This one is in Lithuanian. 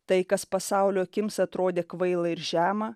tai kas pasaulio akims atrodė kvaila ir žema